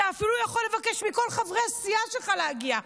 אתה אפילו יכול לבקש מכל חברי הסיעה שלך להגיע,